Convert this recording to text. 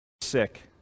Sick